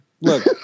look